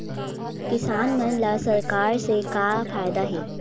किसान मन ला सरकार से का फ़ायदा हे?